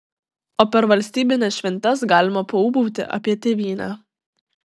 o per valstybines šventes galima paūbauti apie tėvynę